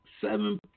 seven